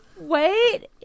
Wait